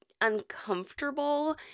uncomfortable